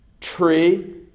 tree